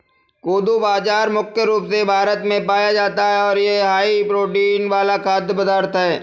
कोदो बाजरा मुख्य रूप से भारत में पाया जाता है और यह हाई प्रोटीन वाला खाद्य पदार्थ है